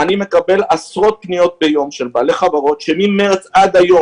אני מקבל עשרות פניות ביום מבעלי חברות שמחודש מארס ועד היום